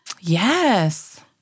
Yes